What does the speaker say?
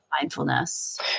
mindfulness